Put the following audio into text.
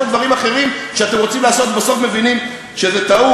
דברים אחרים שאתם רוצים לעשות ובסוף מבינים שזאת טעות.